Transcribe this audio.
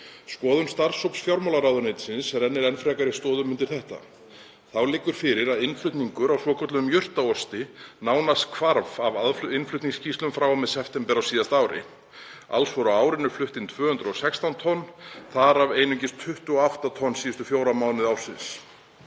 Skoðun starfshóps fjármálaráðuneytisins rennir enn frekari stoðum undir það. Þá liggur fyrir að innflutningur á svokölluðum jurtaosti hvarf nánast af innflutningsskýrslum frá og með september á síðasta ári. Alls voru á árinu flutt inn 216 tonn, þar af einungis 28 tonn síðustu fjóra mánuði ársins.